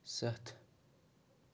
سَتھ